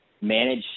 manage